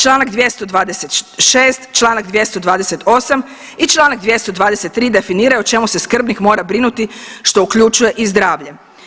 Članak 226., Članak 228. i Članak 223. definiraju o čemu se skrbnik mora brinuti što uključuje i zdravlje.